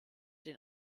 den